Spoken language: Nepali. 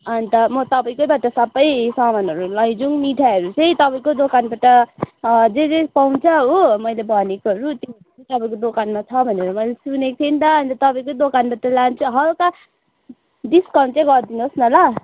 अन्त म तपाईँकैबाट सबै सामानहरू लैजाउँ मिठाईहरू चाहिँ तपाईकै दोकानबाट जे जे पाउँछ हो मैले भनेकोहरू त्यो त्योहरू चैाहिँ तपाईँको दोकानमा छ भनेर मैले सुनेको थिएँ नि त अन्त तपाईँकै दोकानबाट लान्छु हल्का डिस्काउन्ट चाहिँ गरिदिनुहोस् न ल